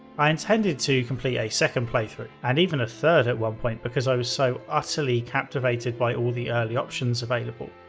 i intended to complete a second playthrough and even a third at one point because i was so utterly captivated by all the early options available.